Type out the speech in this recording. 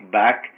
back